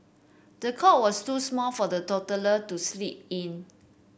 the cot was too small for the toddler to sleep in